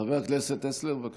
חבר הכנסת טסלר, בבקשה.